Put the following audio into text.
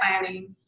planning